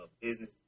business